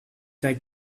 that